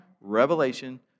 revelation